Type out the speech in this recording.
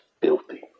filthy